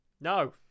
No